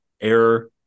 error